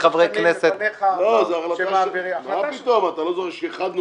חברי הוועדה שמעו אותם לאשורם.